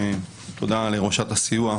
תודה לראשת הסיוע,